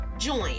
join